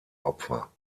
opfer